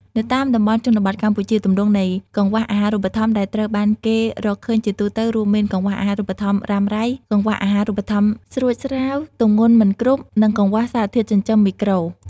នៅតាមតំបន់ជនបទកម្ពុជា ទម្រង់នៃកង្វះអាហារូបត្ថម្ភដែលត្រូវបានគេរកឃើញជាទូទៅរួមមាន កង្វះអាហារូបត្ថម្ភរ៉ាំរ៉ៃ កង្វះអាហារូបត្ថម្ភស្រួចស្រាវ ទម្ងន់មិនគ្រប់ និងកង្វះសារធាតុចិញ្ចឹមមីក្រូ។